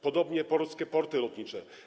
Podobnie polskie Porty Lotnicze.